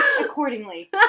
accordingly